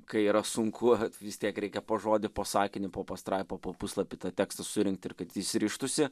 kai yra sunku bet vis tiek reikia po žodį po sakinį po pastraipą po puslapio tą tekstą surinkt ir kad jis rištųsi